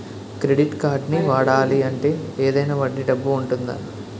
Credit కార్డ్ని వాడాలి అంటే ఏదైనా వడ్డీ డబ్బు ఉంటుందా?